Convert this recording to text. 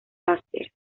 pacers